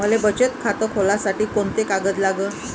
मले बचत खातं खोलासाठी कोंते कागद लागन?